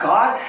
God